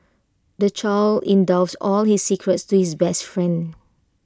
the child in doves all his secrets to his best friend